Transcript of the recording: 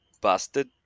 busted